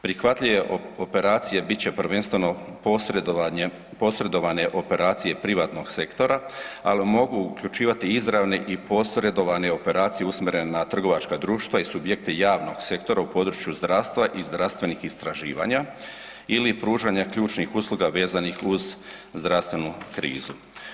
Prihvatljive operacije bit će prvenstveno posredovanjem, posredovane operacije privatnog sektora, ali mogu uključivati izravne i posredovane operacije usmjerene na trgovačka društva i subjekte javnog sektora u području zdravstva i zdravstvenih istraživanja ili pružanja ključnih usluga vezanih uz zdravstvenu krizu.